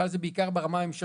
בעיקר ברמה הממשלתית: